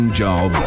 job